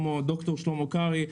ד"ר שלמה קרעי,